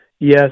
Yes